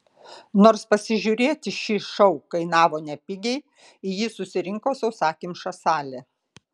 nors pasižiūrėti šį šou kainavo nepigiai į jį susirinko sausakimša salė